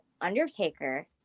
Undertaker